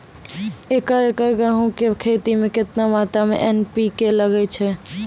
एक एकरऽ गेहूँ के खेती मे केतना मात्रा मे एन.पी.के लगे छै?